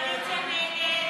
ג'מאל זחאלקה,